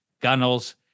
Gunnel's